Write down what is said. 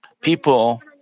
people